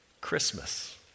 Christmas